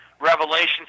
revelations